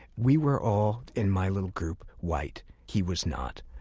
we were all, in my little group, white. he was not.